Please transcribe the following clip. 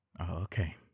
okay